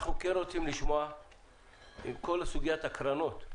אנחנו כן רוצים לשמוע אם כל סוגיית הקרנות,